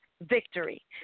victory